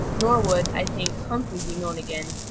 nor would, i think, humphrey be known again.